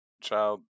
Child